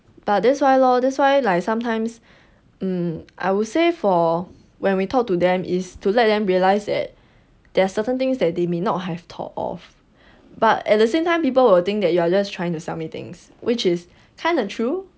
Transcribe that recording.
but that's why lor that's why like sometimes I would say for when we talked to them is to let them realize that there are certain things that they may not have thought of but at the same time people will think that you are just trying to sell me things which is kind of true